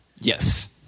Yes